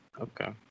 okay